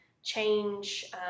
change